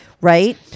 right